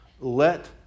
Let